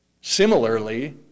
Similarly